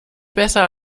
besser